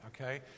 okay